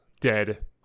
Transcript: dead